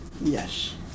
Yes